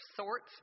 sorts